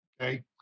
okay